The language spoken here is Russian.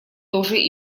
тоже